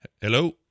hello